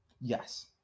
Yes